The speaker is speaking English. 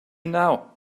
now